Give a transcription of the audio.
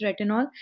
retinol